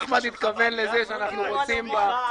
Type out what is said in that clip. אלא לעובדי הכנסת, לעוזרים, לעוזרות,